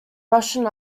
russian